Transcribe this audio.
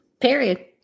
Period